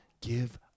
give